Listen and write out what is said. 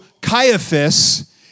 Caiaphas